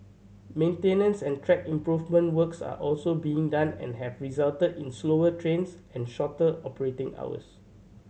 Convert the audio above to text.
maintenance and track improvement works are also being done and have resulted in slower trains and shorter operating hours